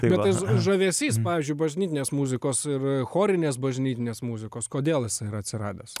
kartais žavesys pavyzdžiui bažnytinės muzikos ir chorinės bažnytinės muzikos kodėl ir atsiradęs